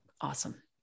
awesome